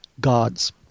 Gods